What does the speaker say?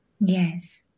Yes